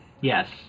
Yes